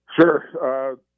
Sure